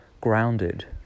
grounded